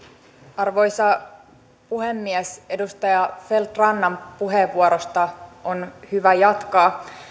arvoisa puhemies edustaja feldt rannan puheenvuorosta on hyvä jatkaa